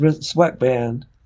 sweatband